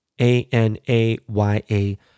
A-N-A-Y-A